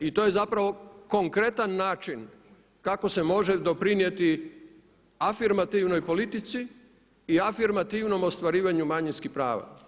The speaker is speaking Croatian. I to je zapravo konkretan način kako se može doprinijeti afirmativnoj politici i afirmativnom ostvarivanju manjinskih prava.